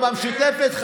טוב, המשותפת.